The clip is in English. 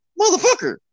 Motherfucker